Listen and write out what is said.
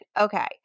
Okay